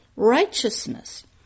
Righteousness